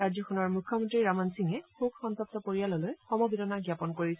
ৰাজ্যখনৰ মুখ্যমন্ত্ৰী ৰামন সিঙে শোকসন্তগ্ত পৰিয়াললৈ সমবেদনা জ্ঞাপন কৰিছে